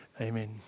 Amen